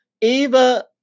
Eva